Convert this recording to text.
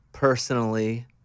Personally